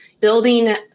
building